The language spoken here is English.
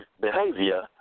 behavior